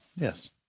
Yes